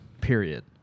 Period